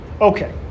okay